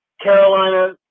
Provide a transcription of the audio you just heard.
Carolina